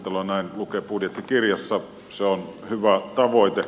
näin lukee budjettikirjassa ja se on hyvä tavoite